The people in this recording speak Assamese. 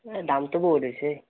এই দামটো বহুত হৈছে